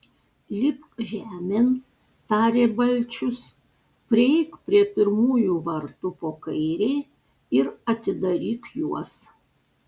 lipk žemėn tarė balčius prieik prie pirmųjų vartų po kairei ir atidaryk juos